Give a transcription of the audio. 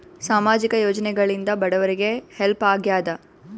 ಸಾಮಾಜಿಕ ಯೋಜನೆಗಳಿಂದ ಬಡವರಿಗೆ ಹೆಲ್ಪ್ ಆಗ್ಯಾದ?